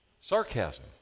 Sarcasm